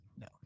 no